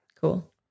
Cool